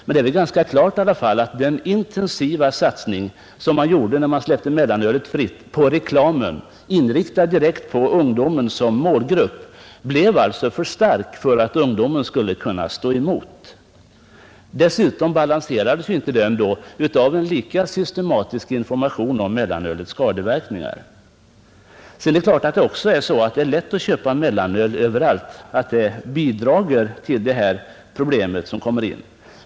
Men det är i alla fall ganska klart att den intensiva reklamsatsning som gjordes då mellanölet släpptes fritt och som var inriktad direkt på ungdomen som målgrupp blev för stark för att ungdomen skulle kunna stå emot. Dessutom balanserades den inte av en lika systematisk information om mellanölets skadeverkningar. Sedan är det klart att det faktum att det är lätt att köpa mellanöl överallt bidrar till att göra problemet större.